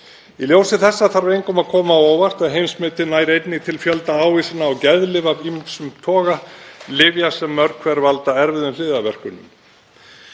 Í ljósi þessa þarf engum að koma á óvart að heimsmetið nær einnig til fjölda ávísana á geðlyf af ýmsum toga, lyfja sem mörg hver valda erfiðum hliðarverkunum.